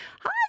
Hi